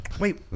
Wait